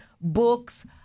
books